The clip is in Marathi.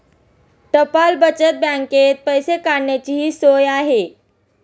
टपाल बचत बँकेत पैसे काढण्याचीही सोय आहे